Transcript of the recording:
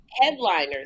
headliners